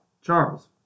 Charles